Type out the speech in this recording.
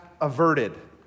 averted